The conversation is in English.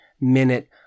minute